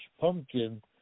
pumpkin